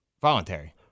Voluntary